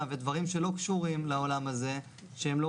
זה מסביר מה זה סכום אפס.